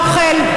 אוכל?